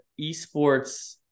esports